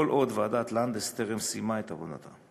כל עוד ועדת לנדס טרם סיימה את עבודתה.